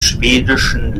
schwedischen